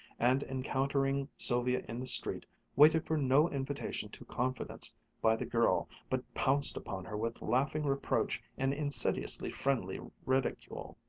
and encountering sylvia in the street waited for no invitation to confidence by the girl, but pounced upon her with laughing reproach and insidiously friendly ridicule.